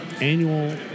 annual